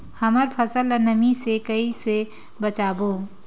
हमर फसल ल नमी से क ई से बचाबो?